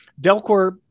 Delcor